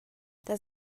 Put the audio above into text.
does